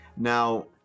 now